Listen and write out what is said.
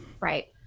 Right